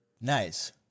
Nice